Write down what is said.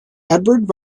edward